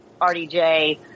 RDJ